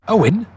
Owen